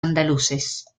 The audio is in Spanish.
andaluces